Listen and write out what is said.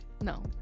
No